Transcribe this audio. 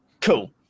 cool